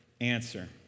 answer